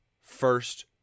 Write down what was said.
first